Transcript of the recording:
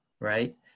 right